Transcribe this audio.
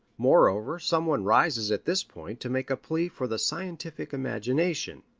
moreover some one rises at this point to make a plea for the scientific imagination.